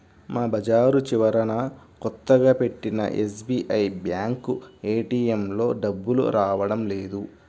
మా బజారు చివరన కొత్తగా పెట్టిన ఎస్బీఐ బ్యేంకు ఏటీఎంలో డబ్బులు రావడం లేదు